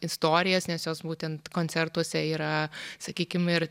istorijas nes jos būtent koncertuose yra sakykim ir